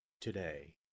today